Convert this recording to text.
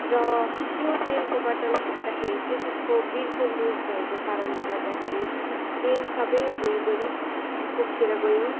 र त्यो तेलको बत्तल खस्दाखेरि चाहिँ त्यसको बिर्को लुज भएको कारणले गर्दाखेरि तेल सबै भुँइभरि पोखिएर गयो